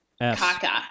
Kaka